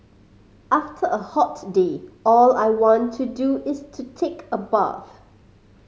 after a hot day all I want to do is to take a bath